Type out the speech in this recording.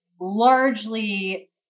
largely